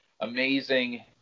amazing